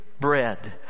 bread